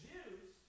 Jews